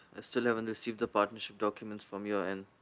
still haven't received the partnership documents from you and